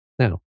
Now